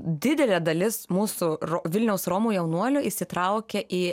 didelė dalis mūsų vilniaus romų jaunuolių įsitraukė į